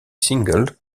single